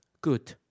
Good